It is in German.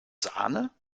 sahne